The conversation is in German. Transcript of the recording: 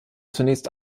zunächst